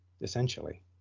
essentially